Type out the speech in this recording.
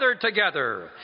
together